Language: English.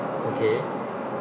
okay